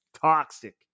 toxic